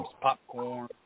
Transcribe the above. popcorn